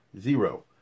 Zero